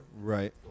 Right